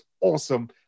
Awesome